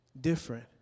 different